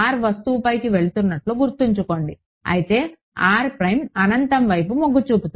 వస్తువుపైకి వెళుతున్నట్లు గుర్తుంచుకోండి అయితే అనంతం వైపు మొగ్గు చూపుతుంది